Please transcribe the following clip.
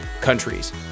countries